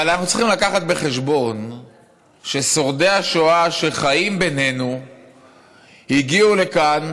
אבל אנחנו צריכים להביא בחשבון ששורדי השואה שחיים בינינו הגיעו לכאן